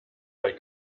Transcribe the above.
bei